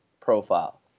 profile